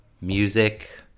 music